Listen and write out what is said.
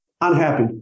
unhappy